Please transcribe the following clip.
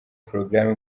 porogaramu